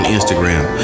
Instagram